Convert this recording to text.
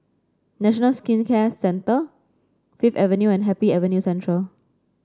National Skin Care Centre Fifth Avenue and Happy Avenue Central